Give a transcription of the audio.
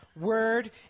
word